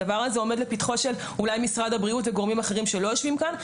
זה עומד לפתחו של משרד הבריאות וגורמים אחרים שלא יושבים כאן.